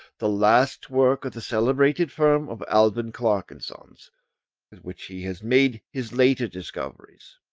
the last work of the celebrated firm of alvan clark and sons, with which he has made his later discoveries.